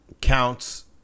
counts